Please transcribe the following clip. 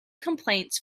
complaints